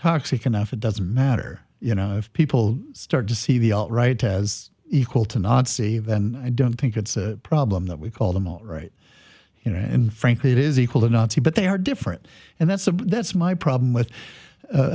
toxic enough it doesn't matter you know if people start to see the right as equal to nazi then i don't think it's a problem that we call them all right you know and frankly it is equal to nazi but they are different and that's a that's my problem with